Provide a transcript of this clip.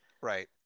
Right